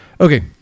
Okay